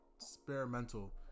experimental